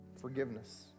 forgiveness